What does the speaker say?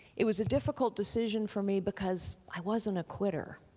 it was a difficult decision for me because i wasn't a quitter.